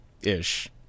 ish